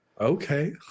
Okay